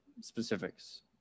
specifics